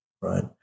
right